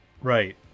Right